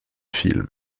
film